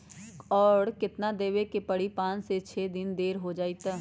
और केतना देब के परी पाँच से छे दिन देर हो जाई त?